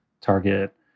Target